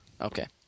Okay